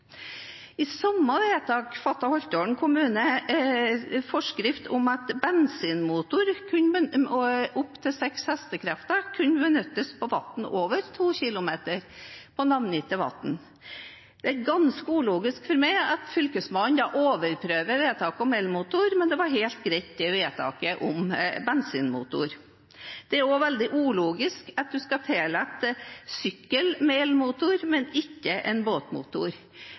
I forbindelse med sitt vedtak hadde Holtålen kommune også innført en forskrift om at bensinmotorer opp til seks hestekrefter kunne benyttes på vann over 2 km 2 , på navngitte vann. Det er ganske ulogisk for meg at Fylkesmannen overprøver vedtaket om elmotor, mens vedtaket om bensinmotor var helt greit. Det er også veldig ulogisk at man skal tillate sykkel med elmotor, men ikke en båtmotor.